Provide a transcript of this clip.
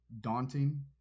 daunting